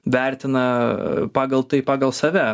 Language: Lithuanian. vertina pagal tai pagal save